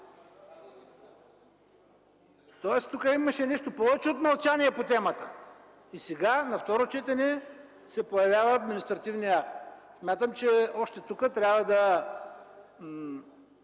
Тук имаше нещо повече от мълчание по темата и сега на второ четене се появява административният акт. Смятам, че още тук трябва да